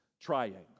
triangle